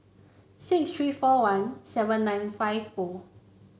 six three four one seven nine five O